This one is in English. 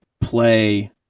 play